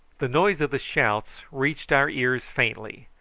the noise of the shouts reached our ears faintly,